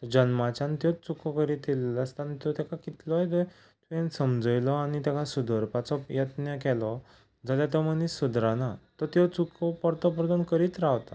तो जल्माच्यान त्यो चुको करीत येयल्लो आसता आनी त्यो ताका कितलोय जर तुवें समजयलो आनी ताका सुदरपाचो यत्न केलो जाल्यार तो मनीस सुदरना तो त्यो चुको परतो परतून करीत रावता